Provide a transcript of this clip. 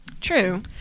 true